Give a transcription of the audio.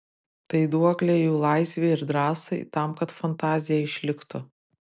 tai duoklė jų laisvei ir drąsai tam kad fantazija išliktų